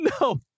No